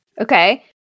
Okay